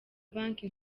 banki